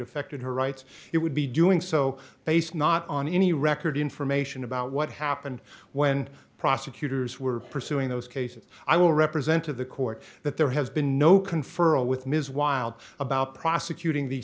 affected her rights it would be doing so based not on any record information about what happened when prosecutors were pursuing those cases i will represent to the court that there has been no confer with ms wild about prosecuting the